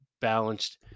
balanced